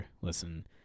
listen